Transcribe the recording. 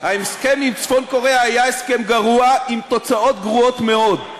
ההסכם עם צפון-קוריאה היה הסכם גרוע עם תוצאות גרועות מאוד.